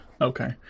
Okay